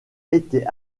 été